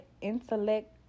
intellect